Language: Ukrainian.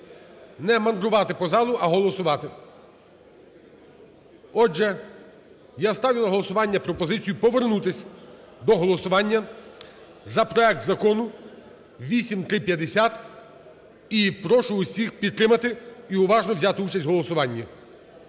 не мандрувати по залу, а голосувати. Отже, я ставлю на голосування пропозицію повернутись до голосування за проект Закону 8350 і прошу всіх підтримати і уважно взяти участь в голосуванні.